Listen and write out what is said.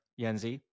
Yenzi